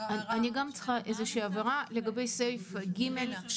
אני גם צריכה איזה שהיא הבהרה לגבי סעיף 3(ג)(3),